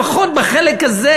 לפחות בחלק הזה,